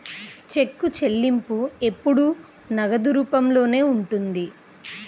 చెక్కు చెల్లింపు ఎల్లప్పుడూ నగదు రూపంలోనే ఉంటుంది